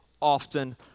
often